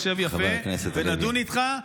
תשב יפה ונדון איתך,